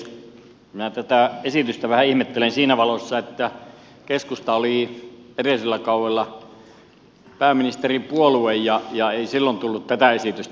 minä tätä esitystä vähän ihmettelen siinä valossa että keskusta oli edellisellä kaudella pääministeripuolue ja ei silloin tullut tätä esitystä